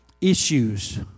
issues